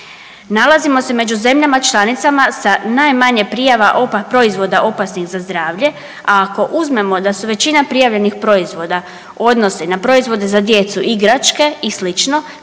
Nalazimo se među zemljama članicama sa najmanje prijava proizvoda opasnih za zdravlje, a ako uzmemo da su većina prijavljenih proizvoda odnose na proizvode za djecu, igračke i slično,